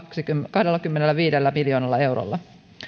kahdellakymmenelläviidellä miljoonalla eurolla